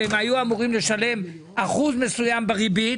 והיו אמורים לשלם אחוז מסוים בריבית.